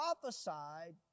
prophesied